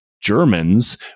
Germans